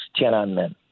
Tiananmen